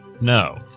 No